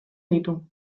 ditu